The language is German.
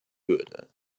würde